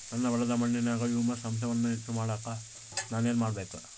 ನನ್ನ ಹೊಲದ ಮಣ್ಣಿನಾಗ ಹ್ಯೂಮಸ್ ಅಂಶವನ್ನ ಹೆಚ್ಚು ಮಾಡಾಕ ನಾನು ಏನು ಮಾಡಬೇಕು?